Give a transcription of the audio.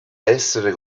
essere